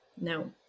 no